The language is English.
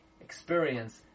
experience